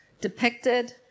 depicted